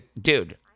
Dude